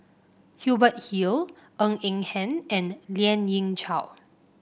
Hubert Hill Ng Eng Hen and Lien Ying Chow